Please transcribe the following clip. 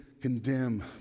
condemn